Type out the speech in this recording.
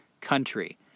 country